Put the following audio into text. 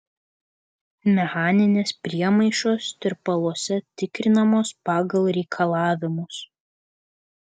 mechaninės priemaišos tirpaluose tikrinamos pagal reikalavimus